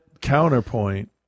counterpoint